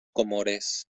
comores